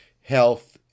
health